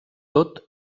tot